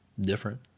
different